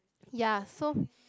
ya so